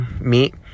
meet